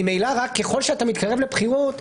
ממילא רק ככל שאתה מתקרב לבחירות,